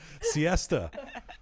siesta